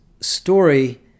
story